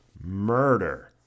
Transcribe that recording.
murder